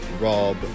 Rob